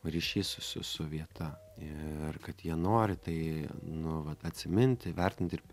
ryšys su su vieta ir kad jie nori tai nu vat atsiminti vertinti ir